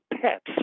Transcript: pets